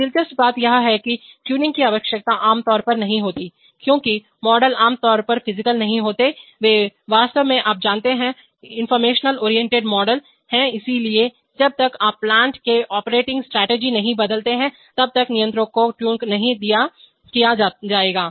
एक दिलचस्प बात यह है कि ट्यूनिंग की आवश्यकता आमतौर पर नहीं होती है क्योंकि मॉडल आमतौर पर भौतिकफिजिकल नहीं होते हैं वे वास्तव में आप जानते हैंइंफॉर्मेशन ओरिएंटेड मॉडल इसलिए जब तक आप प्लांट के ऑपरेटिंग स्ट्रेटजी नहीं बदलते हैं तब तक नियंत्रकों को ट्यून नहीं किया जाएगा